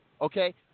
Okay